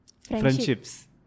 Friendships